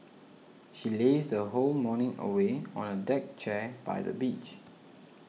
she lazed her whole morning away on a deck chair by the beach